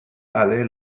alain